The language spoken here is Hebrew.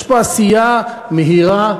יש פה עשייה מהירה,